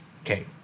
Okay